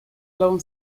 lawn